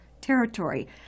territory